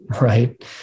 right